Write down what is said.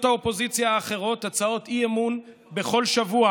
האופוזיציה האחרות הצעות אי-אמון בכל שבוע.